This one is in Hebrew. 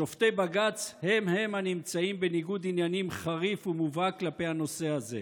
שופטי בג"ץ הם הם הנמצאים בניגוד עניינים חריף ומובהק כלפי הנושא הזה.